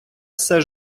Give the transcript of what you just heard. все